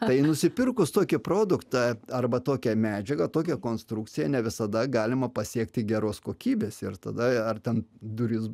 tai nusipirkus tokį produktą arba tokią medžiagą tokią konstrukciją ne visada galima pasiekti geros kokybės ir tada ar ten duris